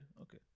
okay